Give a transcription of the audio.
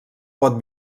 pot